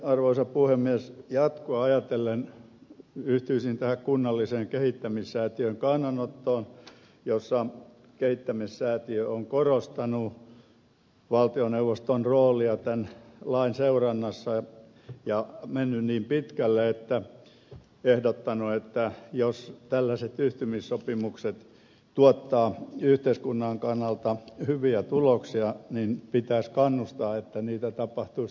sitten arvoisa puhemies jatkoa ajatellen yhtyisin tähän kunnallisen kehittämissäätiön kannanottoon jossa kehittämissäätiö on korostanut valtioneuvoston roolia tämän lain seurannassa ja mennyt niin pitkälle että on ehdottanut että jos tällaiset yhtymissopimukset tuottavat yhteiskunnan kannalta hyviä tuloksia niin pitäisi kannustaa että niitä tapahtuisi tulevaisuudessakin